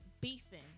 beefing